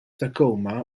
tacoma